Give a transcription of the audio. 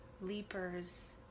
leapers